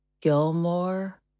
Gilmore